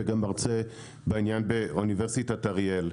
וגם מרצה בעניין באוניברסיטת אריאל.